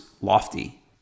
lofty